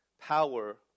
power